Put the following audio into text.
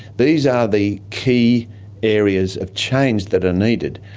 these are the key areas of change that are needed,